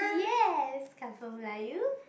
yes Kampung layu